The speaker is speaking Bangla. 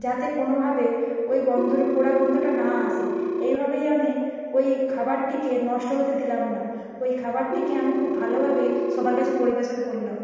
যাতে কোনোভাবে ওই গন্ধর পোড়া গন্ধটা না আসে এইভাবেই আমি ওই খাবারটিকে নষ্ট হতে দিলাম না ওই খাবারটিকে আমি খুব ভালোভাবেই সবার কাছে পরিবেশন করলাম